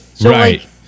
Right